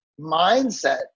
mindset